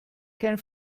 kein